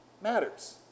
matters